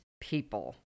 people